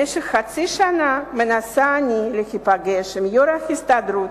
במשך חצי שנה מנסה אני להיפגש עם יושב-ראש ההסתדרות,